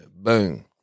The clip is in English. Boom